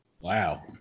wow